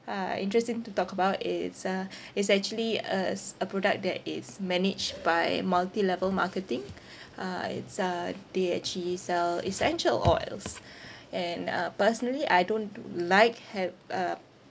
uh interesting to talk about it's uh it's actually a s~ a product that is managed by multi level marketing uh it's uh they actually sell essential oils and uh personally I don't like have uh